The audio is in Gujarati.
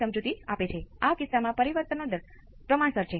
તમારી પાસે કુલ કેપેસીટન્સ કેટલું છે